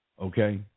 Okay